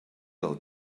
del